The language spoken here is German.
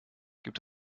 gibt